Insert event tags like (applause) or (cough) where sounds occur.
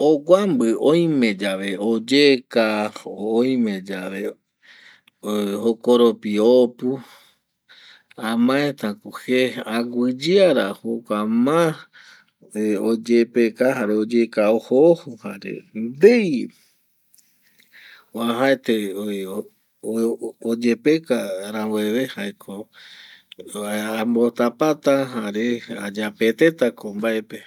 Oguambɨ oime yave oyeka o oime yave (hesitation) jokoropi opu amae ta ko je aguɨye ara jokua ma (hesitation) oyepeka jare oyeka ojo ojo jare ndei vuajaete oyepeka rambueve jaeko (hesitation) apota ambo tapa ta jare ayapete ta ko mbae pe